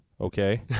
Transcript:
okay